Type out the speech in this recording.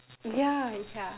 yeah yeah